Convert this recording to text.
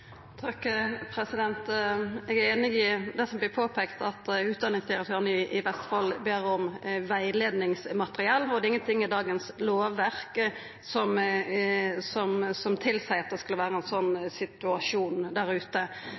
Eg er einig i det som vert påpeikt, at utdanningsdirektøren i Vestfold ber om rettleiingsmateriell. Det er ingenting i dagens lovverk som tilseier at det skulle vera ein sånn situasjon der ute.